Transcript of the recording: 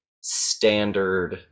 standard